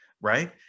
right